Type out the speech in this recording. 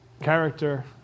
character